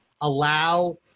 allow